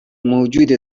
موجود